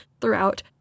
throughout